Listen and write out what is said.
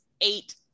eight